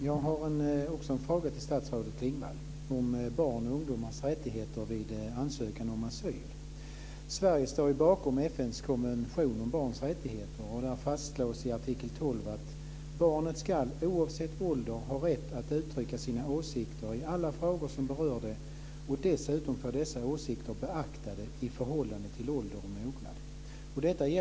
Fru talman! Jag har också en fråga till statsrådet Sverige står ju bakom FN:s konvention om barns rättigheter. Där fastslås i artikel 12 att barnet oavsett ålder ska ha rätt att uttrycka sina åsikter i alla frågor som berör det, och dessutom få dessa åsikter beaktade i förhållande till ålder och mognad.